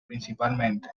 principalmente